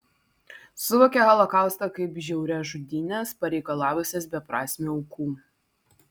suvokia holokaustą kaip žiaurias žudynes pareikalavusias beprasmių aukų